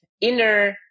inner